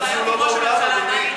טוב שהוא לא באולם.